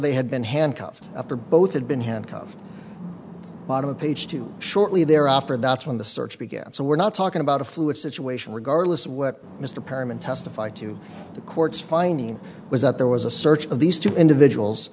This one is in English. they had been handcuffed after both had been handcuffed bottom of page two shortly thereafter that's when the search began so we're not talking about a fluid situation regardless of what mr perelman testified to the court's finding was that there was a search of these two individuals